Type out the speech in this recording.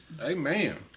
Amen